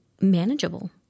manageable